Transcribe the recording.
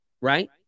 Right